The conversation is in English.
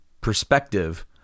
perspective